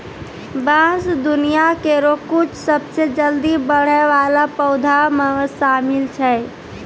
बांस दुनिया केरो कुछ सबसें जल्दी बढ़ै वाला पौधा म शामिल छै